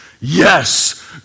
Yes